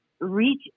reach